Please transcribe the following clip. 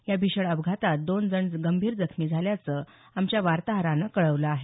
या भीषण अपघातात दोन जण गंभीर जखमी झाल्याचं आमच्या वार्ताहरानं कळवलं आहे